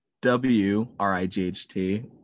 w-r-i-g-h-t